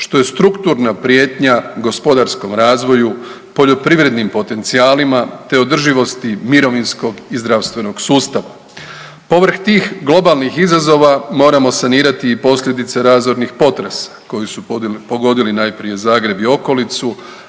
što je strukturna prijetnja gospodarskom razvoju, poljoprivrednim potencijalima te održivosti mirovinskog i zdravstvenog sustava. Povrh tih globalnih izazova moramo sanirati i posljedice razornih potresa koji su pogodili najprije Zagreb i okolicu,